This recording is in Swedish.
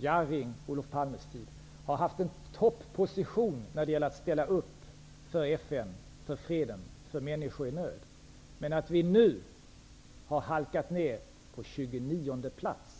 Jarrings och Olof Palmes tid har vi haft en topposition när det gäller att ställa upp för FN, för freden och för människor i nöd. Men nu har vi halkat ner på 29:e plats.